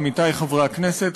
עמיתי חברי הכנסת,